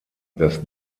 das